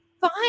fine